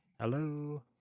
Hello